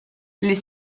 les